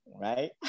Right